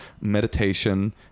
meditation